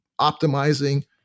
optimizing